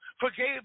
forgave